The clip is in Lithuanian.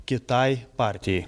kitai partijai